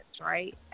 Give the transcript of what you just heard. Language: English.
right